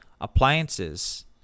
appliances